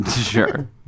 Sure